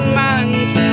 months